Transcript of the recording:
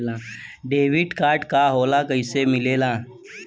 Debit card का होला कैसे मिलेला?